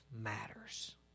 matters